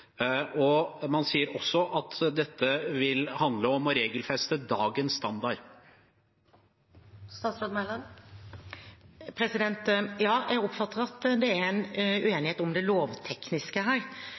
Man sier også at dette vil handle om å regelfeste dagens standard. Ja, jeg oppfatter at det er en